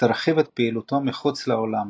ותרחיב פעילותו מחוץ לעולם,